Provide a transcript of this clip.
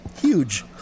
huge